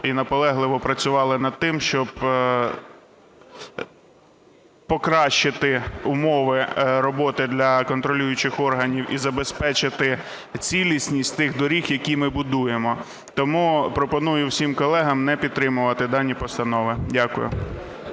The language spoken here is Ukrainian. і наполегливо працювали над тим, щоб покращити умови роботи для контролюючих органів і забезпечити цілісність тих доріг, які ми будуємо. Тому пропоную всім колегам не підтримувати дані постанови. Дякую.